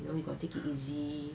you know you got take it easy